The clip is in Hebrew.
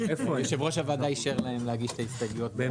יושב-ראש הוועדה אישר להם להגיש את ההסתייגויות בהיעדרם.